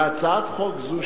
בהצעת חוק זו,